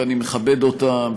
ואני מכבד אותם,